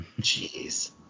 Jeez